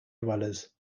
dwellers